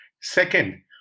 Second